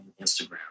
Instagram